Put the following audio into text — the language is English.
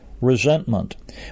resentment